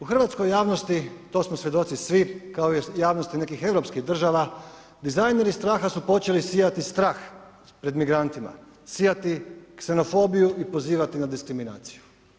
U hrvatskoj javnosti, to smo svjedoci svi, kao i javnosti nekih europskih država, dizajneri straha su počeli sijati strah pred migrantima, sijati ksenofobiju i pozivati na diskriminaciju.